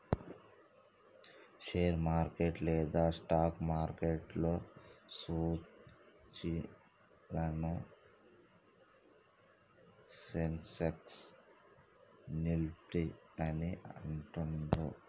share market లేదా stock మార్కెట్లో సూచీలను సెన్సెక్స్, నిఫ్టీ అని అంటుండ్రు